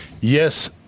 Yes